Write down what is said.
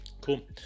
Cool